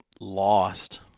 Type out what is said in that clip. lost